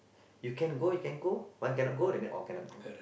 you can go you can go one cannot go that mean all cannot go